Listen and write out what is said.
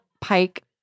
Pike